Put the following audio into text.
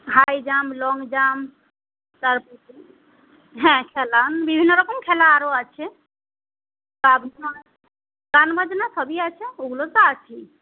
high jump long jump তারপরে হ্যাঁ খেলা বিভিন্নরকম খেলা আরও আছে তারপর গানবাজনা সবই আছে ওগুলো তো আছেই